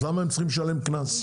אז למה הם צריכים לשלם קנס?